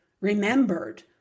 remembered